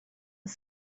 was